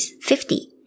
fifty